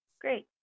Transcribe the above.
Great